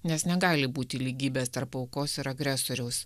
nes negali būti lygybės tarp aukos ir agresoriaus